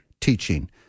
teaching